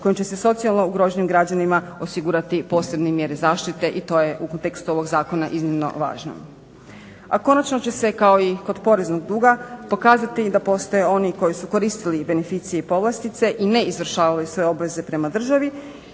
koju će se socijalno ugroženim građanima osigurati posebne mjere zaštite i to je u kontekstu ovog zakona iznimno važno. A konačno će se kao i kod poreznog duga pokazati i da postoje oni koji su koristili beneficije i povlastice i ne izvršavali sve obveze prema državi,